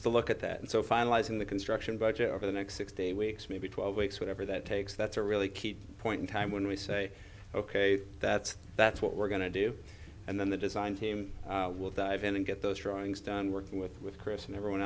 to look at that and so finalizing the construction budget over the next six day weeks maybe twelve weeks whatever that takes that's a really key point in time when we say ok that's that's what we're going to do and then the design team will dive in and get those drawings done working with chris and everyone